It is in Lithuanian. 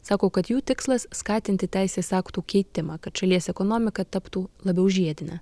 sako kad jų tikslas skatinti teisės aktų keitimą kad šalies ekonomika taptų labiau žiedinė